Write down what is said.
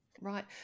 Right